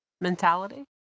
mentality